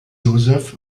joseph